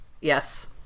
yes